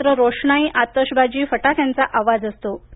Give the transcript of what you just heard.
सर्वत्र रोषणाई आतषबाजी फटाक्यांचा आवाज असतो